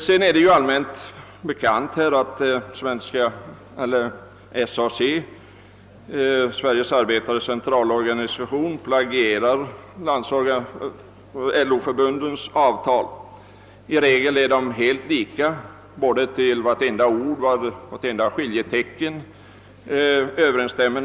Det är allmänt bekant att SAC — Sveriges arbetares centralorganisation — plagierar LO-förbundens avtal. I regel är avtalen helt lika; nästan vartenda ord och skiljetecken överensstämmer.